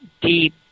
deep